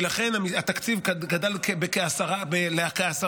ולכן התקציב גדל בכ-10%.